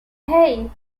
hey